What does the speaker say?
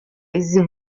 izi